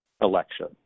election